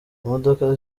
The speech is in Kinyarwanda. imodoka